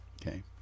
okay